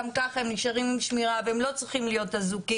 גם ככה הם נשארים עם שמירה והם לא צריכים להיות אזוקים,